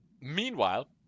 meanwhile